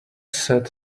set